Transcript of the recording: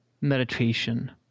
meditation